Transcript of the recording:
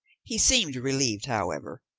he seemed relieved, however,